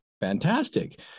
fantastic